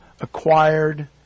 acquired